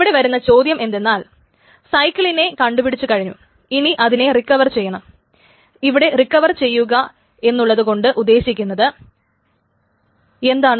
ഇവിടെ റിക്കവർ ചെയ്യുക എന്നുള്ളതു കൊണ്ട് ഉദ്ദേശിക്കുന്നത് എന്താണ്